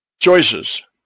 choices